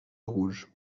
rouge